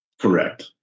Correct